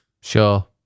Sure